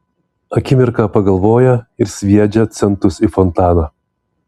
akimirką pagalvoja ir sviedžia centus į fontaną